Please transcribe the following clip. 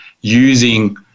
using